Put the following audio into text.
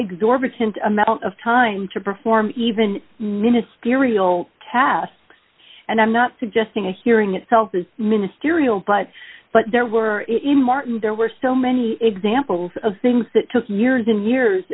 exorbitant amount of time to perform even ministerial tasks and i'm not suggesting a hearing itself is ministerial but but there were a team martin there were so many examples of things that took years and years